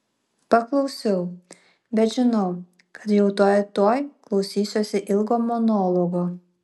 paklausiau bet žinau kad jau tuoj tuoj klausysiuosi ilgo monologo